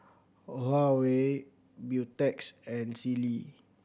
Huawei Beautex and Sealy